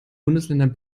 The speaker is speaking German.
bundesländer